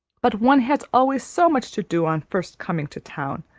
but one has always so much to do on first coming to town.